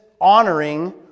honoring